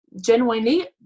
genuinely